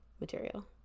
Material